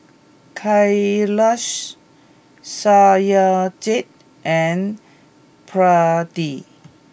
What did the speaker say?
Kailash Satyajit and Pradip